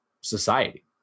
society